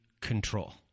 control